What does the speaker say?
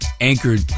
anchored